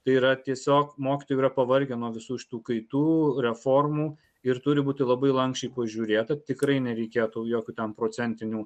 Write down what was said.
tai yra tiesiog mokytojai jau yra pavargę nuo visų šitų kaitų reformų ir turi būti labai lanksčiai pažiūrėta tikrai nereikėtų jokių ten procentinių